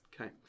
Okay